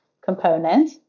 component